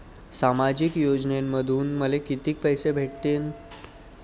सामाजिक योजनेमंधून मले कितीक पैसे भेटतीनं?